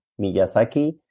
Miyazaki